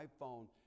iPhone